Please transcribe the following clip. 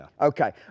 Okay